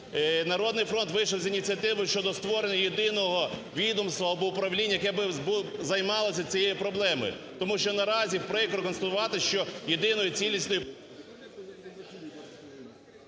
"Народний фронт" вийшов з ініціативою щодо створення єдиного відомства або управління, яке би займалося цією проблемою, тому що наразі прикро констатувати, що єдиною… ГОЛОВУЮЧИЙ.